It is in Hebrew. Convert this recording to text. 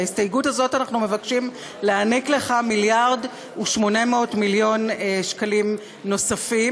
בהסתייגות הזאת אנחנו מבקשים להעניק לך 1.8 מיליארד שקלים נוספים.